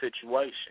situation